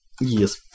Yes